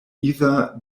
either